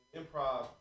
improv